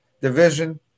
division